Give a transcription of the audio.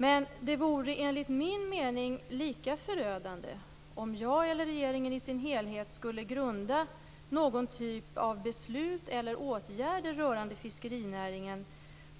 Men det vore enligt min mening lika förödande om jag eller regeringen i sin helhet skulle grunda någon typ av beslut eller åtgärder rörande fiskerinäringen